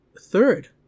third